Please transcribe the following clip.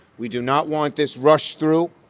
we do not want this rushed through.